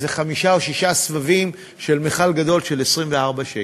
איזה חמישה או שישה סבבים של מכל גדול של 24 שקל.